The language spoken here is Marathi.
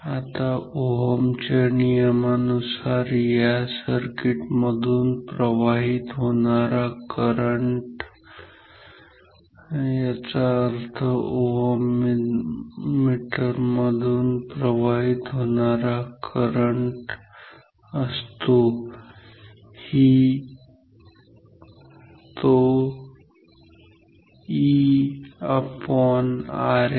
आता ओहमच्या नियमानुसार या सर्किट मधून प्रवाहित होणारा करंट याचा अर्थ या ओहममीटर मधून प्रवाहित होणारा करंट असतो ही E𝑅𝑥